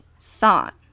thought